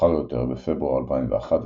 מאוחר יותר, בפברואר 2011,